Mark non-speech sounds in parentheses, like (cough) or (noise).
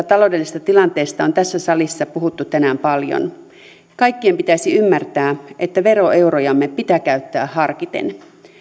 (unintelligible) taloudellisesta tilanteesta on tässä salissa puhuttu tänään paljon kaikkien pitäisi ymmärtää että veroeurojamme pitää käyttää harkiten